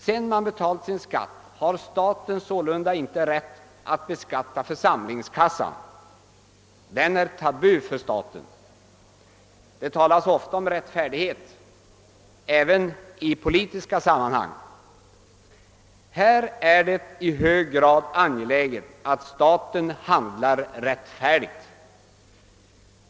Sedan man betalt sin skatt har staten sålunda inte rätt att beskatta församlingskassan; den är tabu för staten. Det talas ofta om rättfärdighet även i politiska sammanhang. Här är det i hög grad angeläget att staten handlar rättfärdigt.